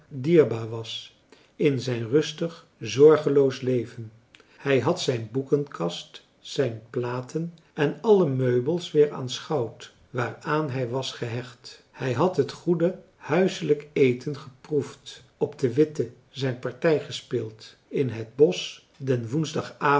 dierbaar was in zijn rustig zorgeloos leven hij had zijn boekenkast zijn platen en alle meubels weer aanschouwd waaraan hij was gehecht hij had het goede huiselijk eten geproefd op de witte zijn partij gespeeld in het bosch den